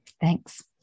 Thanks